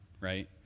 right